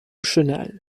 chenal